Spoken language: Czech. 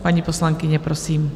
Paní poslankyně, prosím.